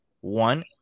one